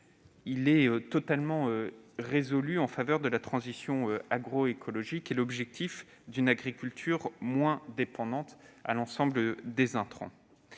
d'un engagement résolu en faveur de la transition agroécologique et d'une agriculture moins dépendante de l'ensemble des intrants.